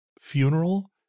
funeral